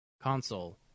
console